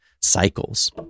cycles